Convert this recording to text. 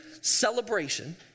celebration